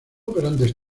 grandes